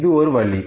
இது ஒரு வழி